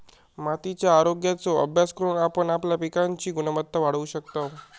मातीच्या आरोग्याचो अभ्यास करून आपण आपल्या पिकांची गुणवत्ता वाढवू शकतव